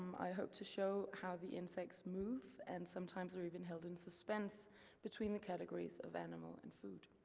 i hope to show how the insects move and sometimes are even held in suspense between the categories of animal and food.